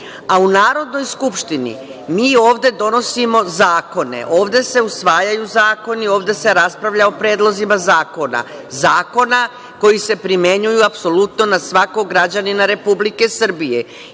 a u Narodnoj skupštini, mi ovde donosimo zakone, ovde se usvajaju zakoni, ovde se raspravlja o predlozima zakona. Zakona koji se primenjuju apsolutno na svakog građanina Republike Srbije